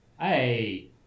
Hey